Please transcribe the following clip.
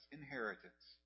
inheritance